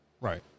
Right